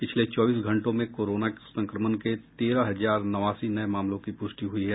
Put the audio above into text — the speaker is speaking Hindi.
पिछले चौबीस घंटे में कोरोना संक्रमण के तेरह हजार नवासी नए मामलों की पुष्टि हुई है